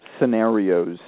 scenarios